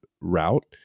route